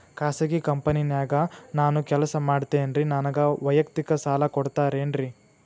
ಖಾಸಗಿ ಕಂಪನ್ಯಾಗ ನಾನು ಕೆಲಸ ಮಾಡ್ತೇನ್ರಿ, ನನಗ ವೈಯಕ್ತಿಕ ಸಾಲ ಕೊಡ್ತೇರೇನ್ರಿ?